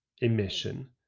emission